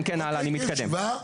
אני מתקדם.